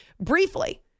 briefly